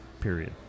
period